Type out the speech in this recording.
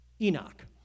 Enoch